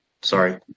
sorry